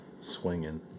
swinging